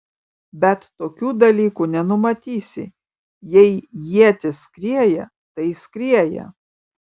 bet tokių dalykų nenumatysi jei ietis skrieja tai skrieja